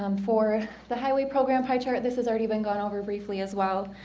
um for the highway program pie chart this has already been gone over briefly as well